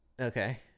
Okay